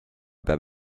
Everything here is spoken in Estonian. peab